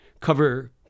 cover